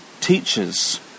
teachers